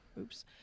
Oops